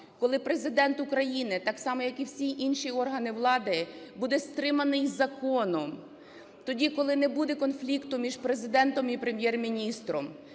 коли Президент України так само, як і всі інші органи влади, буде стриманий законом. Тоді, коли не буде конфлікту між Президентом і Прем'єр-міністром.